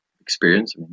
experience